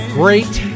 great